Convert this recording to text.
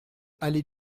allée